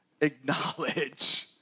acknowledge